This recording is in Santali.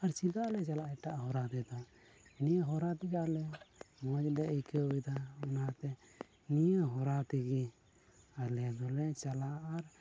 ᱪᱮᱫᱟᱜ ᱞᱮ ᱪᱟᱞᱟᱜᱼᱟ ᱮᱴᱟᱜ ᱦᱚᱨᱟ ᱛᱮᱫᱚ ᱱᱤᱭᱟᱹ ᱦᱚᱨᱟ ᱛᱮᱜᱮ ᱟᱞᱮ ᱢᱚᱡᱽ ᱞᱮ ᱟᱹᱭᱠᱟᱹᱣᱮᱫᱟ ᱚᱱᱟ ᱛᱮ ᱱᱤᱭᱟᱹ ᱦᱚᱨᱟ ᱛᱮᱜᱮ ᱟᱞᱮ ᱫᱚᱞᱮ ᱪᱟᱞᱟᱜᱼᱟ